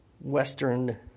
Western